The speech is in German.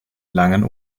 langen